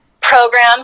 program